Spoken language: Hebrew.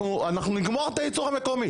אנחנו נגמור את הייצור המקומי.